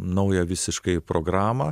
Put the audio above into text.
naują visiškai programą